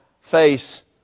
face